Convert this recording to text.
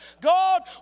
God